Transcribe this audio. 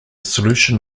solution